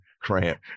cramp